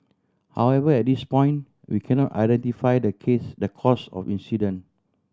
however at this point we cannot identify the case the cause of incident